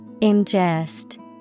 Ingest